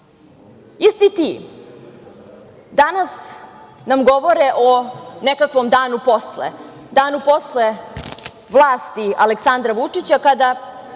ti danas nam govore o nekakvom danu posle, danu posle vlasti Aleksandra Vučića, kada